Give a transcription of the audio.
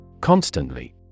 Constantly